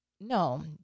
no